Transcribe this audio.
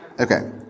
Okay